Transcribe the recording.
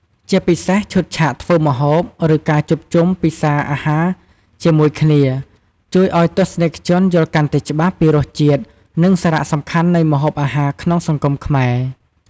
ជាពិសេសឈុតឆាកធ្វើម្ហូប ឬការជួបជុំពិសាអាហារជាមួយគ្នា ជួយឱ្យទស្សនិកជនយល់កាន់តែច្បាស់ពីរសជាតិ និងសារៈសំខាន់នៃម្ហូបអាហារក្នុងសង្គមខ្មែរ ។